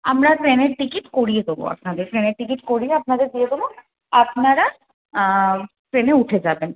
আমরা ট্রেনের টিকিট করিয়ে দেবো আপনাদের ট্রেনের টিকিট করিয়ে আপনাদের দিয়ে দেবো আপনারা ট্রেনে উঠে যাবেন